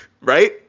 Right